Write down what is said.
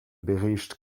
bericht